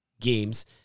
games